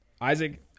Isaac